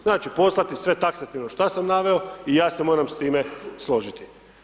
Znači, poslati sve taksativno šta sam naveo i ja se moram sa time složiti.